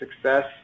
success